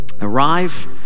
arrive